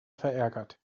verärgert